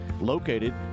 located